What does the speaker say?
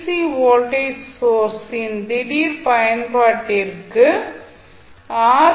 C voltage சோர்ஸின் திடீர் பயன்பாட்டிற்கு ஆர்